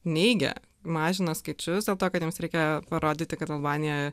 neigia mažina skaičius dėl to kad jiems reikia parodyti kad albanija